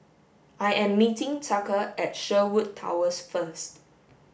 I am meeting Tucker at Sherwood Towers first